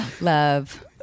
love